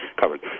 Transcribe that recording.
covered